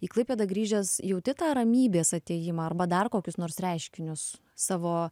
į klaipėdą grįžęs jauti tą ramybės atėjimą arba dar kokius nors reiškinius savo